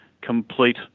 complete